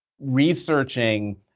researching